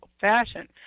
fashion